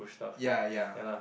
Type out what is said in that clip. ya ya